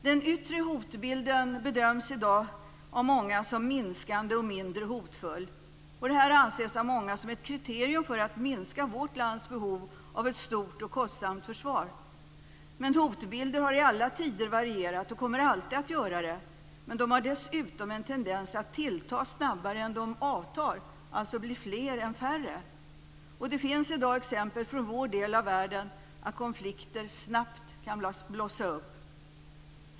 Den yttre hotbilden bedöms i dag av många som minskande och mindre hotfull. Detta anses av många som ett kriterium för att vårt lands behov av ett stort och kostsamt försvar minskar. Men hotbilder har i alla tider varierat och kommer alltid att göra det. De har dessutom en tendens att tillta snabbare än de avtar, bli fler än färre. Det finns i dag exempel från vår del av världen på att konflikter snabbt kan blossa upp.